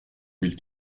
mille